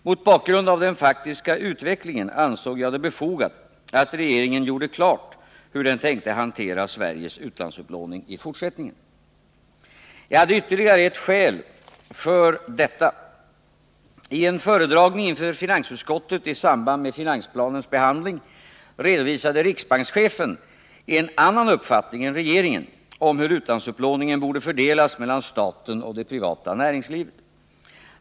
Mot bakgrund av den faktiska utvecklingen ansåg jag det befogat att regeringen gjorde klart hur den tänkte hantera Sveriges utlandsupplåning i fortsättningen. Jag hade ytterligare ett skäl för detta. I en föredragning inför finansutskottet i samband med finansplanens behandling redovisade riksbankschefen en annan uppfattning än regeringens om hur utlandsupplåningen borde fördelas mellan staten och det privata näringslivet.